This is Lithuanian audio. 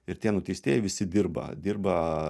ir tie nuteistieji visi dirba dirba